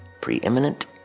preeminent